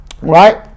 right